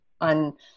on